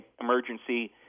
emergency